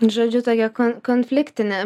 žodžiu tokia konfliktinė